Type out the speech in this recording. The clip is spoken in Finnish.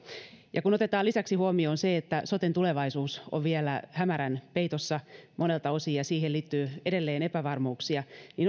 kun otetaan lisäksi huomioon se että soten tulevaisuus on vielä hämärän peitossa monelta osin ja siihen liittyy edelleen epävarmuuksia niin